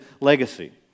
legacy